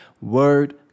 Word